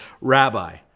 rabbi